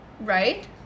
right